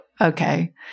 okay